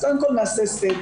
אז קודם כל נעשה סדר,